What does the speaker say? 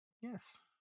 Yes